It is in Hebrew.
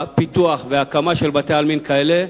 הפיתוח וההקמה של בתי-עלמין כאלה,